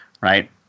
right